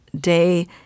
day